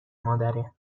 مادره